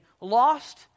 lost